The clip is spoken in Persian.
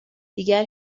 دیگر